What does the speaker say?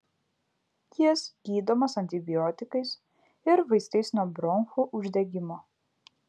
jis gydomas antibiotikais ir vaistais nuo bronchų uždegimo